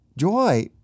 Joy